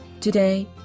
Today